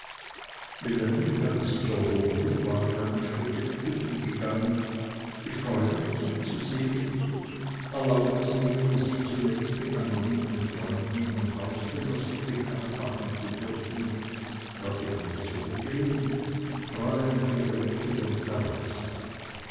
hatte sich erhoben und war ihm einen schritt entgegengegangen ich freue mich sie zu sehen erlauben sie mir sie zunächst mit meiner lieben freundin und hausgenossin bekannt machen zu dürfen herr ebenezer rubehn fräulein friederike von